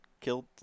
killed